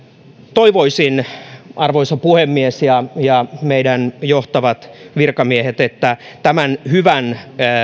toivoisin arvoisa puhemies ja ja meidän johtavat virkamiehet että tämän hyvän